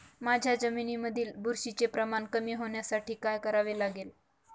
माझ्या जमिनीमधील बुरशीचे प्रमाण कमी होण्यासाठी काय करावे लागेल?